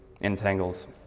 entangles